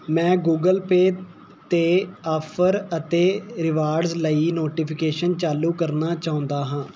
ਮੈਂ Google Pay 'ਤੇ offer ਅਤੇ ਰਿਵਾਰਡਜ਼ ਲਈ ਨੋਟੀਫਿਕੇਸ਼ਨ ਚਾਲੂ ਕਰਨਾ ਚਾਹੁੰਦਾ ਹਾਂ